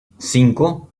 cinco